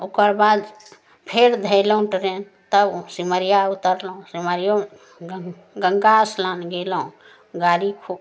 ओकर बाद फेर धेलौँ ट्रेन तब सिमरिया उतरलहुॅं सिमरियोमे गं गंगा स्नान गेलहुॅं गाड़ी खूशंशं